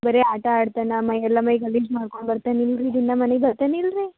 ಬರೀ ಆಟ ಆಡ್ತಾನ್ನೆ ಮೈಯೆಲ್ಲ ಮೈ ಗಲೀಜು ಮಾಡ್ಕೊಂಡು ಬರ್ತಾನೆ ಇಲ್ಲರಿ ದಿನ ಮನೀಗೆ ಬರ್ತಾನಾ ಇಲ್ಲರಿ